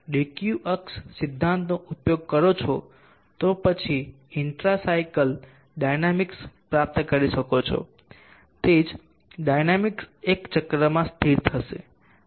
જો તમે DQ અક્ષ સિદ્ધાંતનો ઉપયોગ કરો છો તો પછી તમે ઇન્ટ્રા સાયકલ ડાયનામીક્સ પ્રાપ્ત કરી શકો છો તે જ ડાયનામીક્સ એક ચક્રમાં સ્થિર થશે